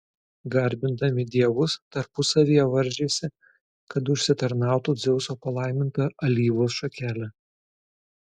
garbindami dievus tarpusavyje varžėsi kad užsitarnautų dzeuso palaimintą alyvos šakelę